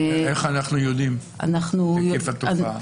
איך אנו יודעים היקף התופעה?